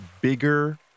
bigger